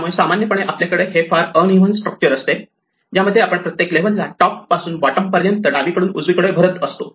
त्यामुळे सामान्यपणे आपल्या कडे हे फार अनइव्हन स्ट्रक्चर असते ज्यामध्ये आपण प्रत्येक लेव्हल टॉप पासून बॉटम पर्यंत डावीकडून उजवीकडे भरत असतो